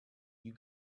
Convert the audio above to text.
you